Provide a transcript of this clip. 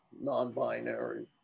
non-binary